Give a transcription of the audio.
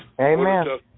Amen